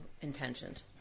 intentioned